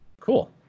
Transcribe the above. cool